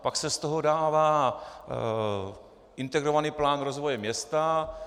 Pak se z toho dává integrovaný plán rozvoje města.